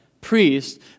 priest